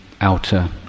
outer